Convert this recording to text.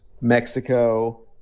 Mexico